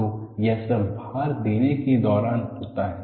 तो यह सब भार देने के दौरान होता है